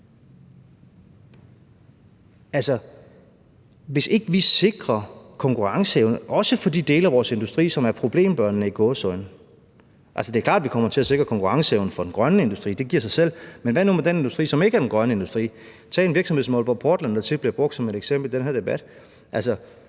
vi ikke sikrer konkurrenceevne, også for de dele af vores industri, som – i gåseøjne – er problembørnene? Det er klart, at vi kommer til at sikre konkurrenceevnen for den grønne industri; det giver sig selv, men hvad nu med den industri, som ikke er den grønne industri? Tag en virksomhed som Aalborg Portland, der tit bliver brugt som et eksempel i den her debat.